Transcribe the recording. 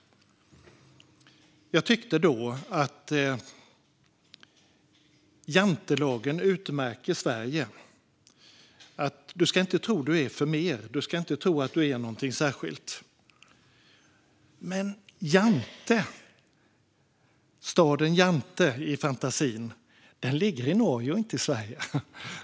Jag tyckte då att jantelagen utmärkte Sverige: Du ska inte tro att du är förmer; du ska inte tro att du är någonting särskilt. Men fantasistaden Jante ligger i Norge och inte i Sverige.